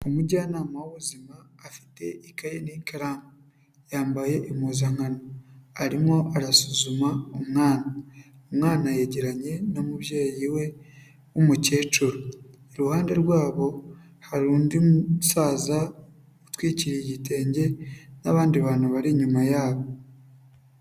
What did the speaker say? Umujyanama w'ubuzima afite ikayi n'ikaramu, yambaye impuzankano, arimo arasuzuma umwana, umwana yegeranye n'umubyeyi we w'umukecuru, iruhande rwabo hari undi musaza utwikiriye igitenge n'abandi bantu bari inyuma yabo.